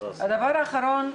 הדבר האחרון,